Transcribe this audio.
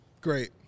Great